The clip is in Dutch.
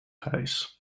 grijs